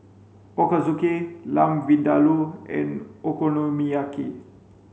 Ochazuke Lamb Vindaloo and Okonomiyaki